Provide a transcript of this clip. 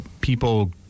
people